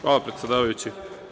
Hvala, predsedavajući.